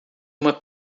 uma